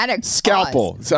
scalpel